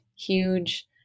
huge